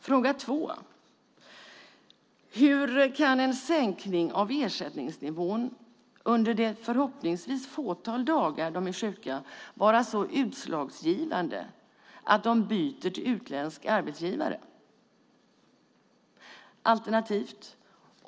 Fråga 2 blir: Hur kan en sänkning av ersättningsnivån under det förhoppningsvis lilla antal dagar som de är sjuka vara så utslagsgivande att de byter till utländsk arbetsgivare?